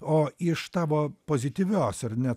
o iš tavo pozityvios ar ne